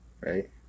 right